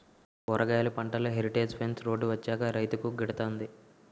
కూరగాయలు పంటలో heritage fence road వచ్చాక రైతుకు గిడతంది